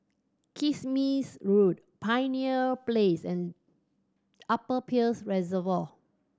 Kismis Road Pioneer Place and Upper Peirce Reservoir